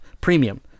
premium